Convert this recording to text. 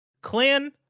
clan